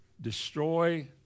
destroy